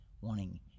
wanting